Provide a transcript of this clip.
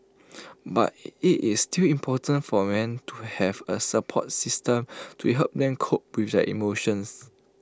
but IT is still important for men to have A support system to help them cope with their emotions